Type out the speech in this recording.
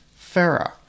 Farah